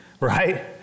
right